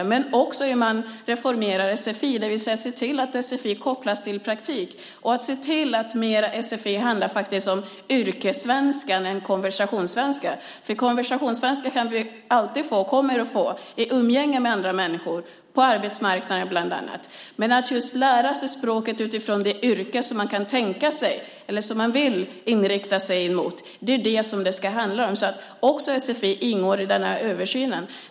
Men det handlar också om hur man reformerar sfi och ser till att sfi kopplas till praktik. Det gäller att se till att sfi handlar mer om yrkessvenska än konversationssvenska. Konversationssvenska kan du alltid få och kommer att få i umgänge med andra människor bland annat på arbetsmarknaden. Men det handlar om att lära sig språket utifrån det yrke man kan tänka sig eller vill inrikta sig mot. Sfi ingår också i översynen.